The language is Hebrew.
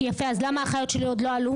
יפה, אז למה האחיות שלי לא עלו?